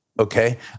Okay